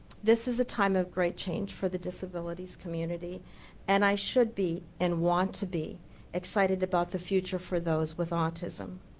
this is a time of great change for the disabilities community and i should be and want to be excited about the future for those with autism.